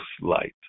light